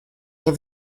der